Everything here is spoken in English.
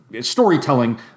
storytelling